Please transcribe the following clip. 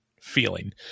feeling